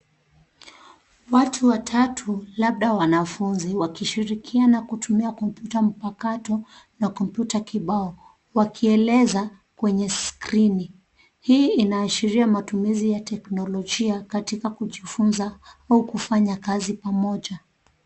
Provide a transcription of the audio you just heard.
Watu watatu labda wanafunzi wakishrikiana kutumia kompyuta mpakato na kompyuta kibao wakieleza kwenye skrini hii inaashiria matumizi ya teknolojia katika kujifunza au kufanya kazi pamoja